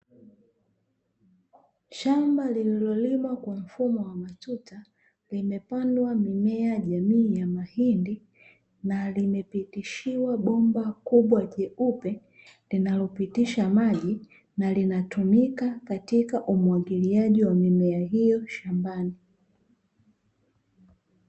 Shamba lililolimwa kwa mfumo wa matuta limepandwa mimea jamii ya mahindi, na limepitishiwa bomba kubwa jeupe linalopitisha maji na linatumika katika umwagiliaji wa mimea hiyo shambani.